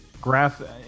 graph